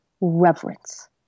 reverence